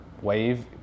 wave